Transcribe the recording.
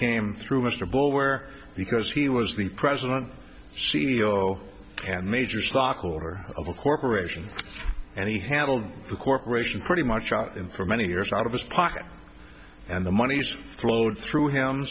came through mr bull where because he was the president c e o and major stockholder of a corporation and he handled the corporation pretty much shot him for many years out of his pocket and the monies flowed through him